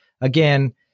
again